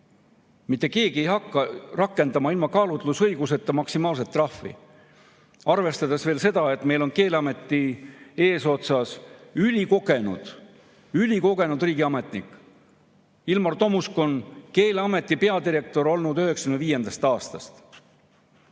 Mitte keegi ei hakka rakendama ilma kaalutlusõiguseta maksimaalset trahvi, arvestades veel seda, et meil on Keeleameti eesotsas ülikogenud riigiametnik. Ilmar Tomusk on Keeleameti peadirektor olnud 1995. aastast.